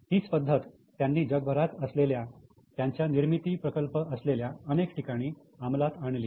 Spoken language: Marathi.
हीच पद्धत त्यांनी जगभरात असलेल्या त्यांच्या निर्मिती प्रकल्प असलेल्या अनेक ठिकाणी आमलात आणली